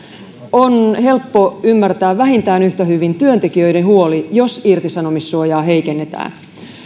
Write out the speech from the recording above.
on helppo ymmärtää vähintään yhtä hyvin työntekijöiden huoli jos irtisanomissuojaa heikennetään